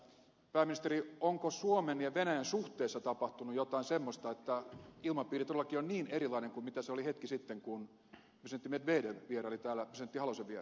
pääministeri onko suomen ja venäjän suhteissa tapahtunut jotain semmoista että ilmapiiri todellakin on niin erilainen kuin se oli hetki sitten kun presidentti medvedev vieraili täällä presidentti halosen vieraana